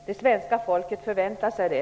Det svenska folket förväntar sig det.